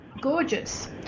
Gorgeous